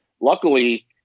Luckily